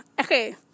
Okay